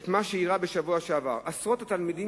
את מה שאירע בשבוע שעבר: "עשרות התלמידים